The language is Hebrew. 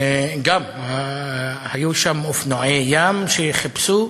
אגב, היו שם אופנועי ים, שחיפשו,